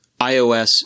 iOS